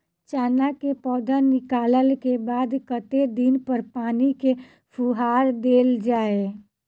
चना केँ पौधा निकलला केँ बाद कत्ते दिन पर पानि केँ फुहार देल जाएँ?